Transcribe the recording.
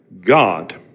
God